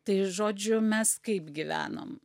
tai žodžiu mes kaip gyvenom